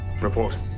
Report